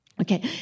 Okay